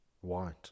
White